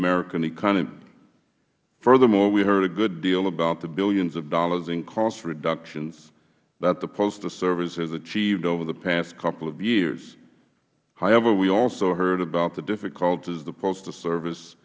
american economy furthermore we heard a good deal about the billions of dollars in cost reductions that the postal service has achieved over the past couple of years however we also heard about the difficulties the postal service